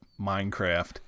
Minecraft